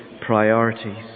priorities